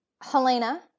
Helena